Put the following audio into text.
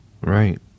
Right